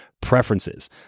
preferences